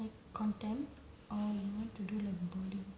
like contemporary or you want to do like bollywood